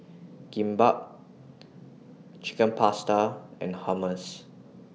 Kimbap Chicken Pasta and Hummus